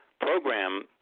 program